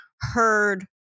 heard